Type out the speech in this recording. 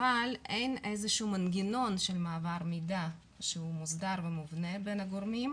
אבל אין איזה שהוא מנגנון של מעבר מידע שהוא מוסדר ומובנה בין הגורמים,